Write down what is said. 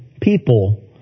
people